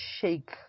shake